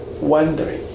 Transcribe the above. wondering